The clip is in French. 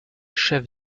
chef